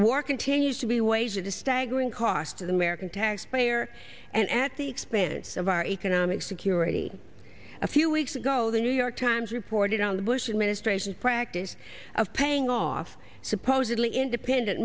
war continues to be waged the staggering cost of the american taxpayer and at the expense of our economic security a few weeks ago the new york times reported on the bush administration's practice of paying off supposedly independent